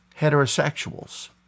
heterosexuals